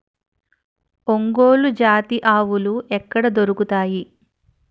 ఒంగోలు జాతి ఆవులు ఎక్కడ దొరుకుతాయి?